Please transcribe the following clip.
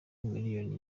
miliyoni